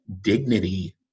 dignity